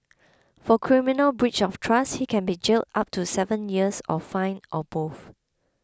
for criminal breach of trust he can be jailed up to seven years or fined or both